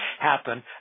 happen